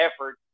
effort